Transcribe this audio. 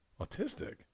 autistic